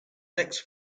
next